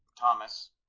Thomas